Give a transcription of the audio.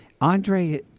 Andre